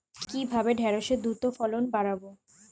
কিভাবে ঢেঁড়সের দ্রুত ফলন বাড়াব?